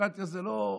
דמוקרטיה זה לא,